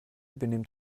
benimmt